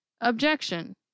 objection